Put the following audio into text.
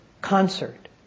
concert